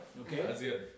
Okay